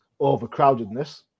overcrowdedness